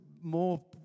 more